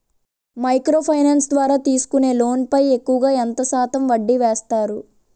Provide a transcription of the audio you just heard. Micro finance ద్వారా తీసుకునే loan పై ఎక్కువుగా ఎంత శాతం వడ్డీ వేస్తారు?